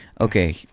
Okay